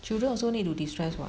children also need to destress [what]